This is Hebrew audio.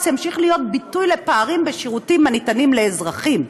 ימשיך להיות ביטוי לפערים בשירותים הניתנים לאזרחים".